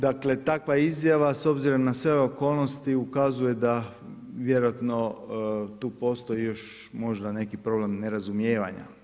Dakle takva izjava s obzirom na sve okolnosti ukazuje da vjerojatno tu postoji i još možda neki problem nerazumijevanja.